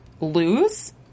lose